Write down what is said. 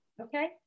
Okay